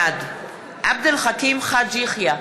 בעד עבד אל חכים חאג' יחיא,